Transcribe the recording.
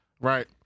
Right